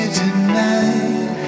tonight